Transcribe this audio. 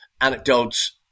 anecdotes